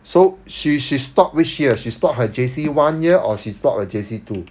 so she she stopped which year she stopped her J_C one year or she stopped her J_C two